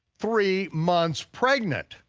three months pregnant.